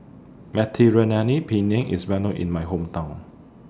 Mediterranean Penne IS Well known in My Hometown